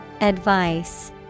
Advice